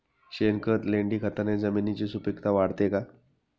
शेणखत, लेंडीखताने जमिनीची सुपिकता वाढते का?